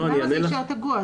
למה זה יישאר תקוע?